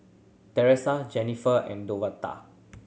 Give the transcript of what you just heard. Tressa Jenifer and Davonta